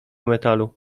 metalu